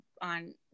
on